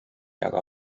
aga